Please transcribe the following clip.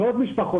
מאות משפחות,